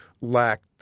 lacked